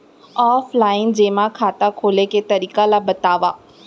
Offline जेमा खाता खोले के तरीका ल बतावव?